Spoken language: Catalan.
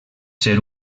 ser